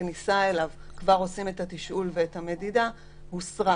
זאת אומרת שצריך